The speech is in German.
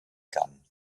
kann